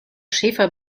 schäfer